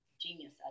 genius